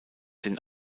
den